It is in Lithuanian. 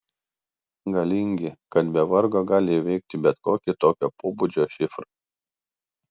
galingi kad be vargo gali įveikti bet kokį tokio pobūdžio šifrą